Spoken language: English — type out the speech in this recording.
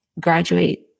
graduate